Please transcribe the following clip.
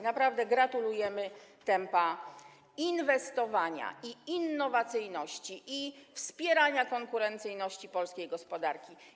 Naprawdę, gratulujemy i tempa inwestowania, i innowacyjności, i wspierania konkurencyjności polskiej gospodarki.